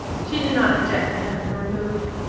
she did not object to having her removed.